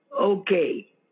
okay